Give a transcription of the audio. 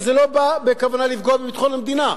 שזה לא בא בכוונה לפגוע בביטחון המדינה.